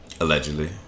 Allegedly